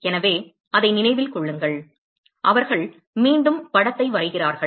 எனவே அதை நினைவில் கொள்ளுங்கள் அவர்கள் மீண்டும் படத்தை வரைகிறார்கள்